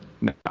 no